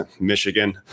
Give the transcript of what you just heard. Michigan